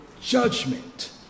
judgment